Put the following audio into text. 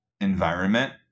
environment